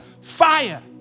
fire